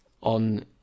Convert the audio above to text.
on